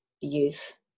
youth